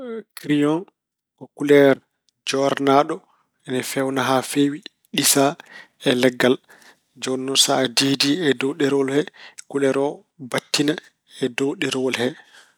Kiriyon ko kuleer joornaaɗo, ene feewna haa feewi, ɗisaa e leggal. Jooni noon sa diidi e dow ɗerewol he, kuleer o battina e dow ɗerewol he.